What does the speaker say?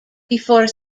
before